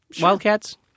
Wildcats